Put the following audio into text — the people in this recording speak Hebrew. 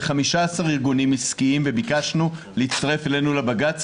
פנינו ל-15 ארגונים עסקיים וביקשנו להצטרף אלינו לבג"ץ,